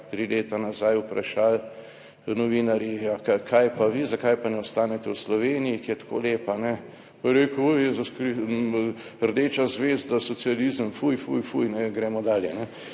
tri leta nazaj vprašali novinarji, kaj pa vi, zakaj pa ne ostanete v Sloveniji, ki je tako lepa, ne, pa je rekel, je rdeča zvezda socializem, fuj, fuj, fuj, gremo dalje.